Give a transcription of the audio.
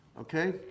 Okay